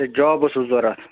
اَچھا جاب اوسوٕ ضروٗرت